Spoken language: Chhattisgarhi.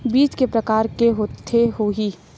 बीज के प्रकार के होत होही?